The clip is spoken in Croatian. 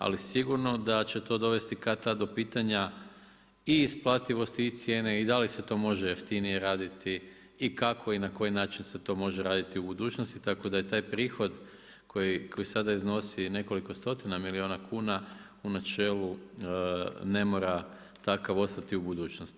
Ali sigurno da će to dovesti kad-tad do pitanja i isplativosti i cijene i da li se to može jeftinije raditi i kako i na koji način se to može raditi u budućnosti, tako da je taj prihod koji sada iznosi nekoliko stotina milijuna kuna u načelu ne mora takav ostati u budućnosti.